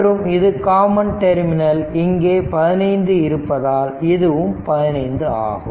மற்றும் இது common terminal இங்கே 15 இருப்பதால் இதுவும் 15 ஆகும்